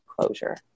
closure